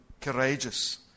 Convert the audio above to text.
courageous